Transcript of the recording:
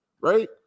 right